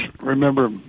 remember